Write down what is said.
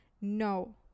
no